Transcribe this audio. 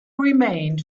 remained